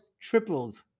tripled